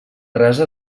rasa